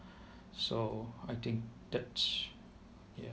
so I think that's ya